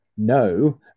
no